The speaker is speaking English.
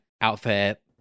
outfit